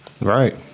Right